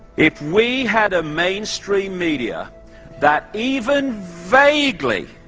if we had a mainstream media that even vaguely